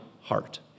heart